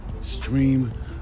stream